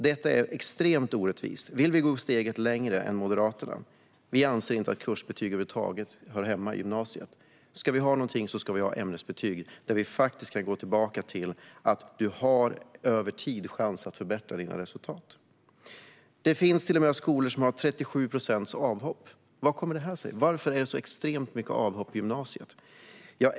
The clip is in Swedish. Detta är extremt orättvist. Vi vill gå steget längre än Moderaterna. Vi anser inte att kursbetyg över huvud taget hör hemma i gymnasiet. Ska vi ha någonting ska vi ha ämnesbetyg så att vi går tillbaka till att du har chansen att förbättra dina resultat över tid. Det finns till och med skolor som har 37 procents avhopp. Hur kommer det sig? Varför är det så extremt många avhopp från gymnasiet?